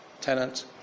tenant